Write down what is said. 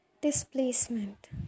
displacement